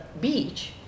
beach